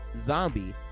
zombie